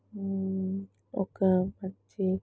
ఒక మంచి